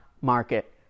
market